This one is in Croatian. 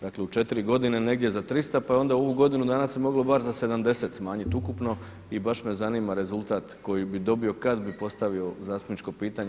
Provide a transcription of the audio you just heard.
Dakle, u 4 godine negdje za 300, pa je onda u ovu godinu dana se moglo bar za 70 smanjiti ukupno i baš me zanima rezultat koji bi dobio kada bi postavio zastupničko pitanje.